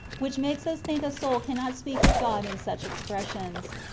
which makes us think a soul cannot speak with god in such expressions.